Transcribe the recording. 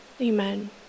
Amen